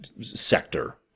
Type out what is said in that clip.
sector